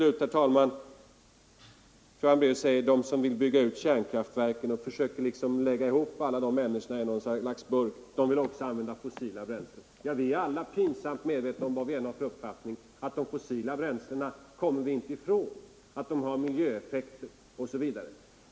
Fru Hambraeus säger att de som vill bygga ut kärnkraften — och därmed buntar hon liksom ihop alla de människorna — också vill använda fossila bränslen. Vi är alla — vad vi än har för uppfattning — pinsamt medvetna om att vi inte kan komma ifrån de fossila bränslena, att de har miljöeffekter, osv.